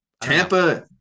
Tampa